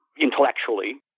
intellectually